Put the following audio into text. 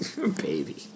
Baby